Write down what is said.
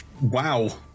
wow